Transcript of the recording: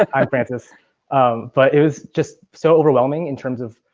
i francis um but it was just so overwhelming in terms of,